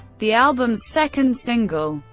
the album's second single,